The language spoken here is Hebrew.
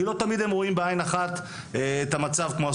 כי לא תמיד הם רואים בעין אחת את המצב כמו הסטודנטים,